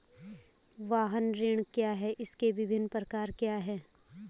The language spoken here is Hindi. वाहन ऋण क्या है इसके विभिन्न प्रकार क्या क्या हैं?